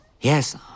Yes